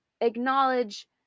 acknowledge